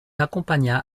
accompagna